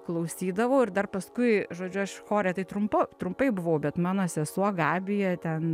klausydavau ir dar paskui žodžiu aš chore tai trumpo trumpai buvau bet mano sesuo gabija ten